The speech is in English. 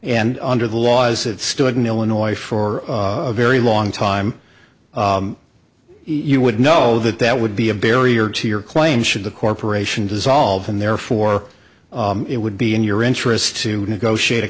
and under the law as it stood in illinois for a very long time you would know that that would be a barrier to your claim should the corporation dissolved and therefore it would be in your interest to negotiate a